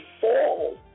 fall